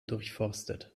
durchforstet